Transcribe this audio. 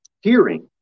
hearing